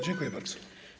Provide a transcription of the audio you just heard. Dziękuję bardzo.